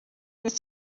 ukora